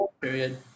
period